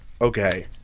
Okay